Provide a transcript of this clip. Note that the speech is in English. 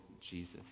Jesus